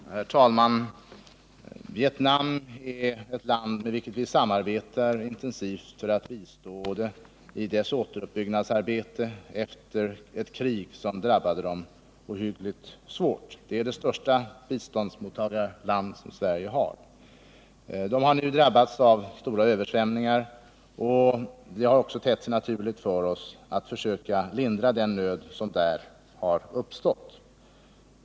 Herr talman! Vietnam är ett land med vilket vi samarbetar intensivt för att bistå det i dess återuppbyggnadsarbete efter ett krig som drabbade landet ohyggligt svårt. Det är det största biståndsmottagarland som Sverige har. Landet har nu drabbats av stora översvämningar, och det har då också tett sig naturligt för oss att lindra den nöd som därigenom uppstått.